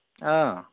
अँ